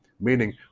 meaning